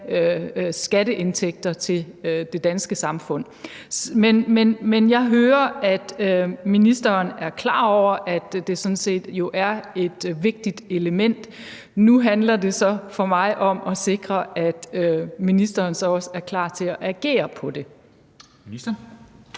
skatteindtægter, til det danske samfund. Men jeg hører, at ministeren er jo sådan set klar over, at det er et vigtigt element, og nu handler det så for mig om at sikre, at ministeren også er klar til at agere på det. Kl.